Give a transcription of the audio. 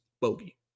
Bogey